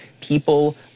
People